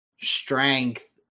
strength